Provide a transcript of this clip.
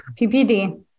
PPD